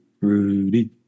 Rudy